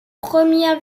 première